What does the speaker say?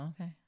okay